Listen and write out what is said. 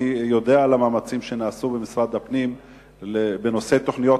אני יודע על המאמצים שנעשו במשרד הפנים בנושא תוכניות